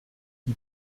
die